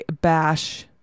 bash